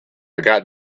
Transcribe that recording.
got